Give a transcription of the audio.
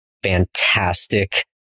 fantastic